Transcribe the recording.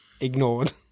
ignored